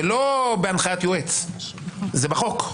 זה לא בהנחיית יועץ, זה בחוק.